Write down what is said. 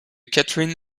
catherine